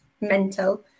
mental